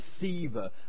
deceiver